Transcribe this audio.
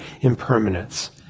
impermanence